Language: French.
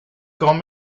quand